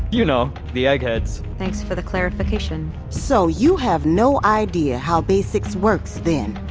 you know, the eggheads thanks for the clarification so you have no idea how basics works then?